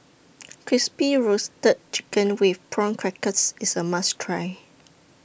Crispy Roasted Chicken with Prawn Crackers IS A must Try